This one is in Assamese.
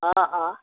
অঁ অঁ